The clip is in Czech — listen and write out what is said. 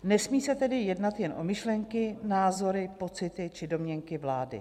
Nesmí se tedy jednat jen o myšlenky, názory, pocity či domněnky vlády.